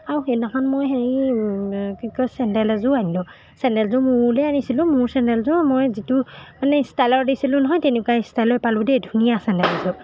আৰু সেইদিনাখন মই হেৰি কি কয় চেণ্ডেল এযোৰো আনিলোঁ চেণ্ডেলযোৰ মোলৈয়ে আনিছিলোঁ মোৰ চেণ্ডেলযোৰ মই যিটো মানে ষ্টাইলৰ দিছিলোঁ নহয় তেনেকুৱা ষ্টাইলৰ পালোঁ দেই ধুনীয়া চেণ্ডেলযোৰ